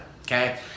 okay